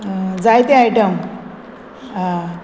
जायते आयटम आं